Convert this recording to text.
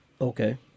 Okay